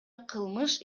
кылмыш